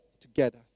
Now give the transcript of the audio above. together